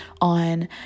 on